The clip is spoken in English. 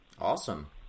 Awesome